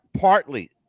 Partly